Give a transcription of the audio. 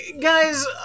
Guys